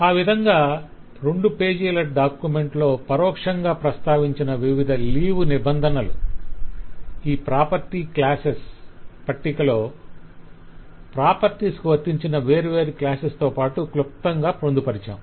ఆ విధంగా రెండు పేజీల డాక్యుమెంట్ లో పరోక్షంగా ప్రస్తావించిన వివిధ లీవ్ నిబంధనలను ఈ ప్రాపర్టీ-క్లాసెస్ స్పష్టంగా వ్యక్తపరచకపోయినా ఇవి క్లాసెస్ అని మనకు తెలుసు పట్టికలో ప్రాపర్టీస్ కు వర్తించిన వేర్వేరు క్లాసెస్ తో పాటు క్లుప్తంగా పొందుపరచాం